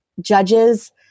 judges